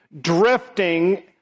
drifting